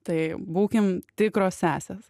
tai būkim tikros sesės